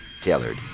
tailored